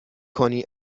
کنی